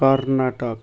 Karnataka